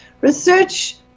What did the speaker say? research